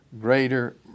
greater